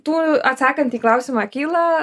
tų atsakant į klausimą kyla